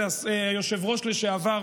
אדוני השר אבל, היושב-ראש לשעבר,